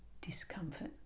discomfort